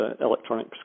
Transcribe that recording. electronic